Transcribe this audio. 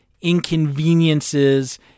inconveniences